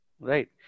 right